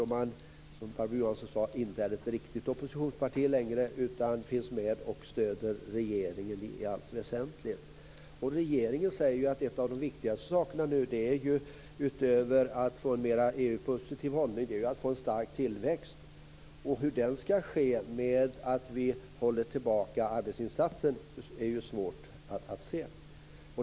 Man är, som Barbro Johansson sade, inte ett riktigt oppositionsparti längre, utan finns med och stöder regeringen i allt väsentligt. Regeringen säger att en av de viktigaste sakerna, utöver att få en mer EU-positiv hållning, är att få en stark tillväxt. Hur det skall ske genom att vi håller tillbaka arbetsinsatser är svårt att se.